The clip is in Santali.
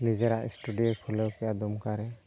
ᱱᱤᱡᱮᱨᱟᱜ ᱥᱴᱩᱰᱤᱭᱳ ᱠᱷᱩᱞᱟᱹᱣ ᱠᱮᱫ ᱟᱭ ᱫᱩᱢᱠᱟ ᱨᱮ